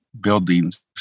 buildings